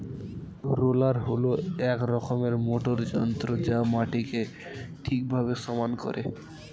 roller হল এক রকমের মোটর যন্ত্র যা মাটিকে ঠিকভাবে সমান করে